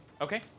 Okay